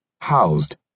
housed